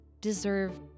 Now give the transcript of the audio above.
deserve